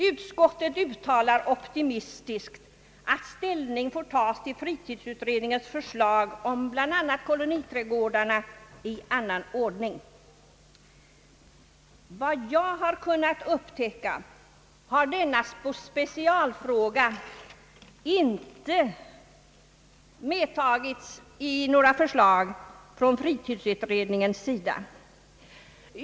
Utskottet säger optimistiskt, att ställning får tas i annan ordning till fritidsutredningens förslag om bl.a. koloniträdgårdarna, Såvitt jag har kunnat upptäcka har inte denna specialfråga tagits upp i form av något förslag från fritidsutredningens sida.